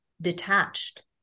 detached